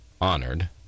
honored